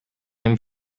him